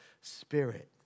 spirit